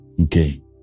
Okay